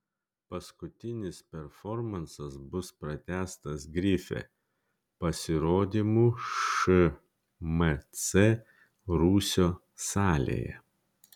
paskutinis performansas bus pratęstas grife pasirodymu šmc rūsio salėje